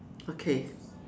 okay